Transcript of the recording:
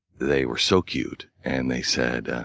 they were so cute. and they said,